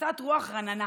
הכנסת רוח רעננה